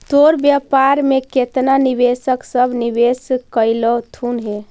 तोर व्यापार में केतना निवेशक सब निवेश कयलथुन हे?